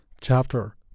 Chapter